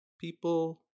people